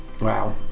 Wow